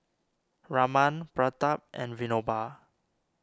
Raman Pratap and Vinoba